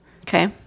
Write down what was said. Okay